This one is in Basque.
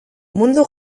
mundu